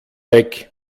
weg